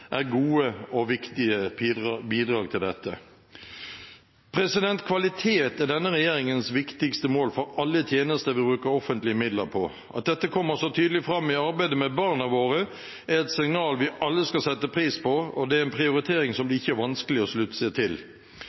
er gode og viktige bidrag til dette. Kvalitet er denne regjeringens viktigste mål for alle tjenester vi bruker offentlige midler på. At dette kommer så tydelig fram i arbeidet med barna våre, er et signal vi alle skal sette pris på, og det er en prioritering som det ikke er vanskelig å slutte seg til.